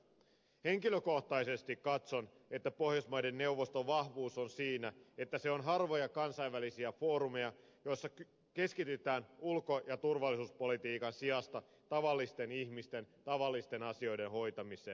henkilökohtaisesti katson että pohjoismaiden neuvoston vahvuus on siinä että se on harvoja kansainvälisiä foorumeja jolla keskitytään ulko ja turvallisuuspolitiikan sijasta tavallisten ihmisten tavallisten asioiden hoitamiseen